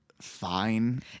fine